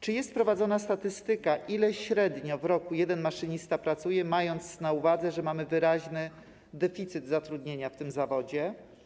Czy jest prowadzona statystyka, ile średnio w roku jeden maszynista pracuje, mając na uwadze, że mamy wyraźny deficyt zatrudnienia w tym zawodzie?